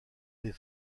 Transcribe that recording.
les